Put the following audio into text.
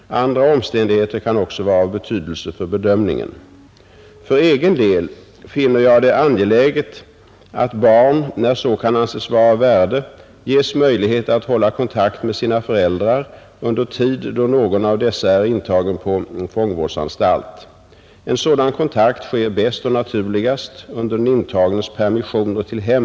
Andra omständigheter kan också vara av betydelse för bedömningen. För egen del finnar jag det angeläget att barn, när så kan anses vara av värde, ges möjlighet att hålla kontakt med sina föräldrar under tid, då Nr 62 någon av dessa är intagen på fångvårdsanstalt. En sådan kontakt sker bäst Torsdagen den och naturligast under den intagnes permissioner till hemmet.